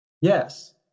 Yes